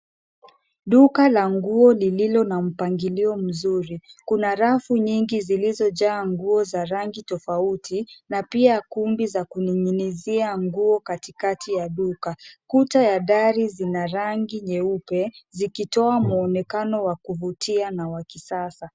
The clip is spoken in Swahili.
Duka la nguo lililo na mpangilio mzuri. Kuna rafu nyingi zilizojaa nguo za rangi tofauti na pia kumbi za kuning'inizia nguo katikati ya duka. Kuta ya dari zina rangi nyeupe zikitoa mwonekano wa kuvutia na wa kisasa.